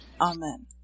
Amen